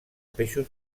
peixos